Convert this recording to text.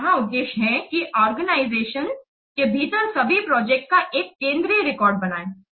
तो यहाँ उद्देश्य यह है की एक ऑर्गेनाइजेशन के भीतर सभी प्रोजेक्ट का एक केंद्रीय रिकॉर्ड बनाए